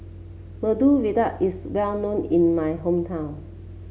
Medu Vada is well known in my hometown